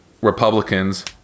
Republicans